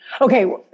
Okay